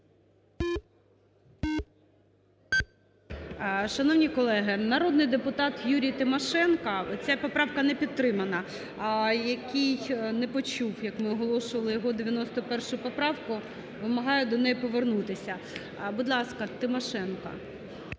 Шановні колеги, народний депутат Юрій Тимошенко, ця поправка не підтримана, який не почув, як ми оголошували його 91 поправку, вимагає до неї повернутися. Будь ласка, Тимошенко.